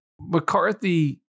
McCarthy